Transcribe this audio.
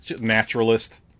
naturalist